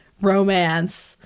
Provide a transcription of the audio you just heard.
romance